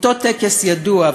אותו טקס ידוע.